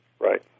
Right